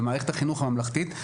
במערכת החינוך הממלכתית,